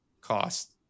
cost